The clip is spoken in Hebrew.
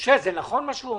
זה נכון מה שהוא אומר?